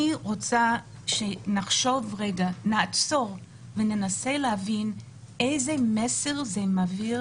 אני רוצה שנעצור וננסה להבין איזה מסר זה מעביר